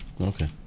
Okay